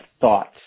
thoughts